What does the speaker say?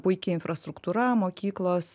puiki infrastruktūra mokyklos